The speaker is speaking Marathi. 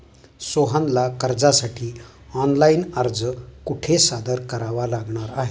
सोहनला कर्जासाठी ऑनलाइन अर्ज कुठे सादर करावा लागणार आहे?